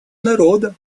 народа